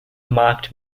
mocked